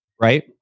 right